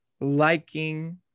liking